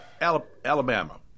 Alabama